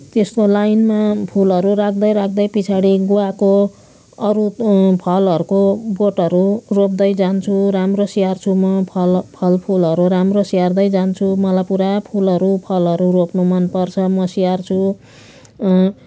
त्यस्तो लाइनमा फुलहरू राख्दै राख्दै पछाडि गुवाको अरू फलहरूको बोटहरू रोप्दै जान्छु राम्रो स्याहार्छु म फल फलफुलहरू राम्रो स्याहार्दै जान्छु मलाई पुरा फुलहरू फलहरू रोप्नु मनपर्छ म स्याहार्छु